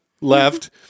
left